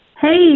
Hey